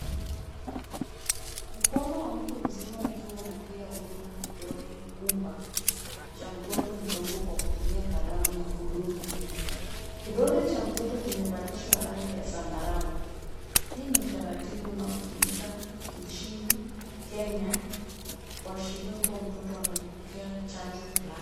Mkono wa mtu mzima ukiwa unatia wino kidole gumba cha mtoto mdogo kwa kutumia kalamu ya kudumu. Kidole cha mtoto kimevalishwa rangi ya zambarau. Hii ni utaratibu unaotumika nchini Kenya kuashiria kuwa mtoto amepokea chanjo fulani.